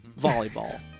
volleyball